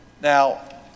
Now